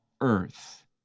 earth